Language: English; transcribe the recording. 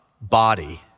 body